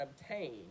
obtain